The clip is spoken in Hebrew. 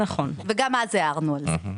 נכון, וגם אז הערנו על זה.